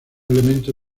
elemento